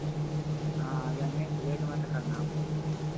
हाँ आ जाएंगे लेट मत करना आप